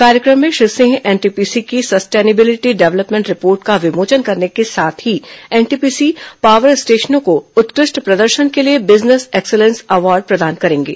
कार्यक्रम में श्री सिंह एनटीपीसी की सस्टेनेबिलिटी डेवलपमेंट रिपोर्ट का विमोचन करने के साथ ही एनटीपीसी पावर स्टेशनों को उत्कृष्ट प्रदर्शन के लिए बिजनेस एक्सीलेंस अवॉर्ड प्रदान करेंगे